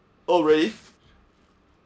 oh really